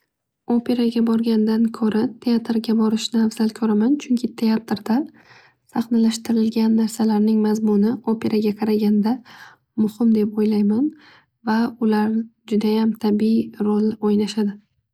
Operaga borgandan ko'ra teatrga borishni avzal ko'raman. Chunki teatrda sahnalashtirilgan narsalarning mazmuni muhim deb o'ylayman. Va ular judayam tabiiy ro'l o'ynashadi.